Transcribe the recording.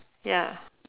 ya